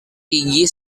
gigi